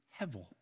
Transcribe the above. Hevel